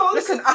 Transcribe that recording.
Listen